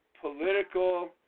political